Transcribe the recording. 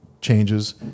changes